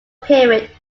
period